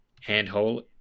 handhold